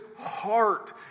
heart